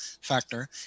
factor